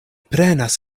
prenas